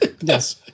Yes